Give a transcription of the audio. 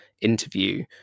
interview